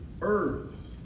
earth